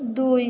দুই